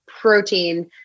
protein